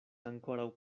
ankoraŭ